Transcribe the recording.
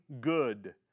good